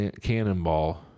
Cannonball